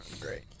great